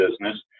business